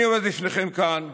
אני עומד בפניכם כאן,